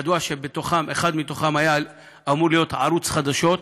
ידוע שאחד מתוכם היה אמור להיות ערוץ חדשות,